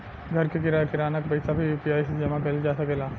घर के किराया, किराना के पइसा भी यु.पी.आई से जामा कईल जा सकेला